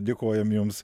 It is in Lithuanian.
dėkojam jums